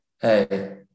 Hey